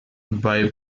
bei